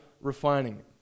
refining